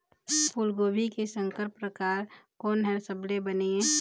फूलगोभी के संकर परकार कोन हर सबले बने ये?